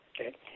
Okay